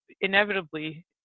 inevitably